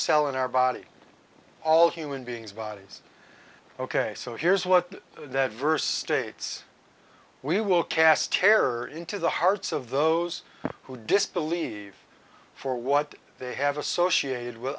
cell in our body all human beings bodies ok so here's what that verse states we will cast terror into the hearts of those who disbelieve for what they have associated with